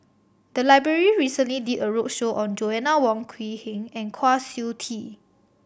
the library recently did a roadshow on Joanna Wong Quee Heng and Kwa Siew Tee